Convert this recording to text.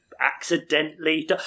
accidentally